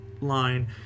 line